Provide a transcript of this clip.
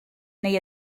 neu